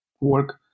work